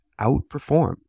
outperform